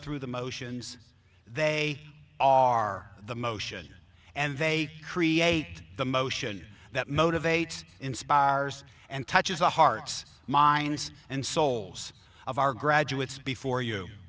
through the motions they are the motion and they create the motion that motivates inspires and touches the hearts minds and souls of our graduates before you